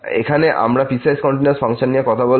এখানে আমরা piecewise continuous function নিয়ে কথা বলব